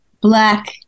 Black